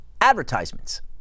Advertisements